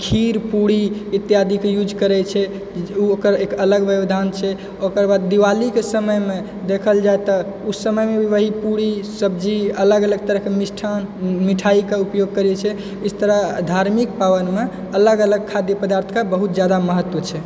खीर पूड़ी इत्यादिके यूज करै छै उ ओकर एक अलग व्यवधान छै तकर बाद दीवालीके समयमे देखल जाइ तऽ उस समयमे वहीँ पूड़ी सब्जी अलग अलग तरहके मिष्ठान मिठाइके उपयोग करै छै इस तरह धार्मिक पाबनिमे अलग अलग खाद्य पदार्थके बहुत जादा महत्त्व छै